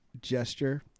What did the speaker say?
gesture